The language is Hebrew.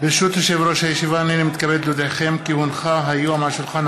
התחייבות על